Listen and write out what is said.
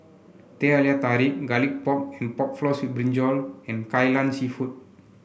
Teh Halia Tarik Garlic Pork Pork Floss with Brinjal and Kai Lan seafood